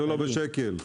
לא בשקל.